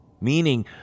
Meaning